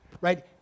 right